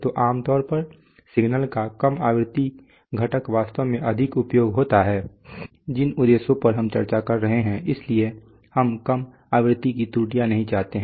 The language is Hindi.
तो आम तौर पर सिग्नल का कम आवृत्ति घटक वास्तव में अधिक उपयोग होता है जिन उद्देश्यों पर हम चर्चा कर रहे हैं इसलिए हम कम आवृत्ति की त्रुटियां नहीं चाहते हैं